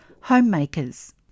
homemakers